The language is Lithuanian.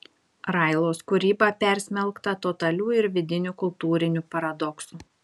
railos kūryba persmelkta totalių ir vidinių kultūrinių paradoksų